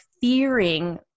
fearing